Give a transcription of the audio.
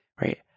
Right